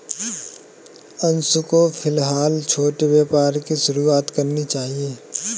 अंशु को फिलहाल छोटे व्यापार की शुरुआत करनी चाहिए